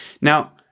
Now